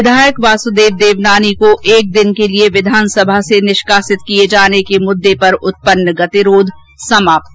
विधायक वासुदेव देवनानी को एक दिन के लिए विधानसभा से निष्कासित किये जाने के मुद्दे पर उत्पन्न गतिरोध समाप्त